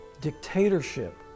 dictatorship